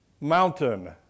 mountain